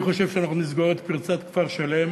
אני חושב שאנחנו נסגור את פרצת כפר-שלם.